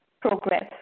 progress